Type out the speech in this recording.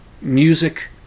Music